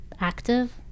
active